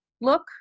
look